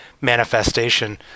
manifestation